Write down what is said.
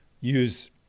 use